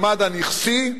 הנכסי,